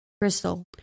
Crystal